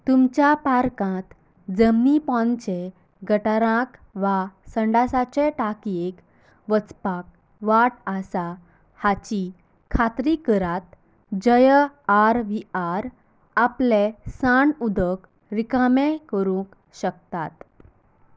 तुमच्या पार्कांत जमनी पोंदचें गटराक वा संडासाचे टांकयेक वचपाक वाट आसा हाची खात्री करात जंय आर व्ही आर आपलें सांड उदक रिकामे करूंक शकतात